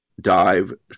dive